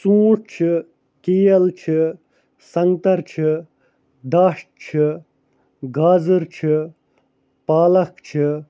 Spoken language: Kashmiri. ژوٗنٹھ چھُ کیل چھِ سَنٛگتر چھ دچھ چھِ گازٕر چھِ پالَک چھِ